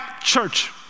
church